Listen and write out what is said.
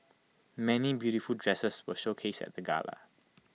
many beautiful dresses were showcased at the gala